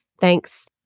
Thanks